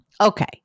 Okay